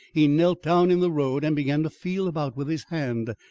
he knelt down in the road and began to feel about with his hand.